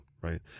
right